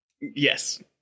yes